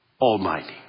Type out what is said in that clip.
Almighty